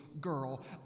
girl